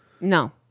No